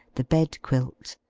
the bed-quilt.